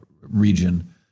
region